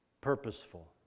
purposeful